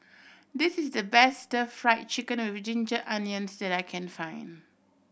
this is the best Fried Chicken with ginger onions that I can find